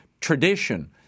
tradition